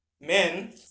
Men